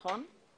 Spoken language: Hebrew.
נכון?